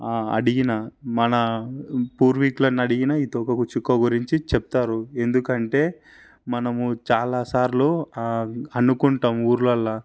అడిగినా మన పూర్వీకులను అడిగిన ఈ తోక చుక్క గురించి చెప్తారు ఎందుకంటే మనము చాలా సార్లు అనుకుంటాం ఊర్లల్లో